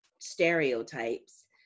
stereotypes